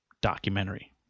documentary